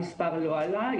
המספר לא עלה.